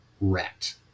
wrecked